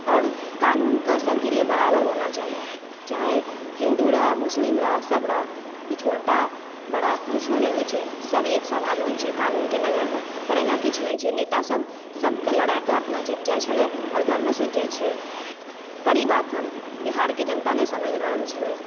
आओर क़ानूनके सबके लिए बराबर होना चाही चाहे हिंदू रहय मुस्लिम रहय सब रहय ई छोटा बड़ा कुछो नहि होइ छै सब एक समान होइ छै क़ानून के नज़रमे पर एना किछु नहि छै नेता सब सबके लड़ाकऽ अपने जीत जाइ छलै आओर घर में सुति जाइ छै पर ई बात बिहार के जनता नहि समझि रहल छलै